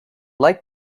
like